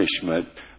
punishment